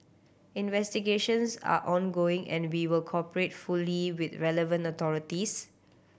investigations are ongoing and we will cooperate fully with the relevant authorities